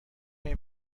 این